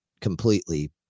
completely